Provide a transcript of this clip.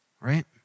Right